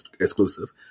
exclusive